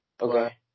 Okay